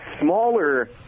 smaller